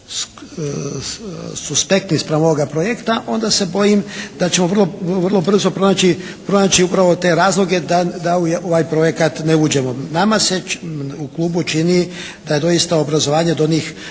suspektni spram ovoga projekta onda se bojim da ćemo vrlo brzo pronaći upravo te razloge da u ovaj projekat ne uđemo. Nama se u klubu čini da je doista obrazovanje do onih